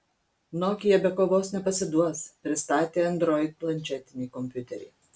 nokia be kovos nepasiduos pristatė android planšetinį kompiuterį